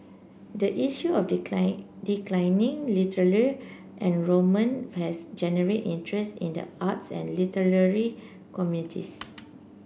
the issue of decline declining literal enrollment has generate interest in the arts and literary communities